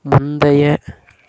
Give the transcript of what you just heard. முந்தைய